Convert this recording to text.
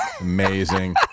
Amazing